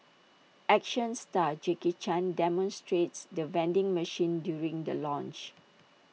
action star Jackie chan demonstrates the vending machine during the launch